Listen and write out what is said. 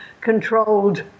controlled